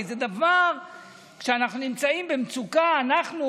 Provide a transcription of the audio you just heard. הרי כשאנחנו נמצאים במצוקה אנחנו,